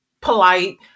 polite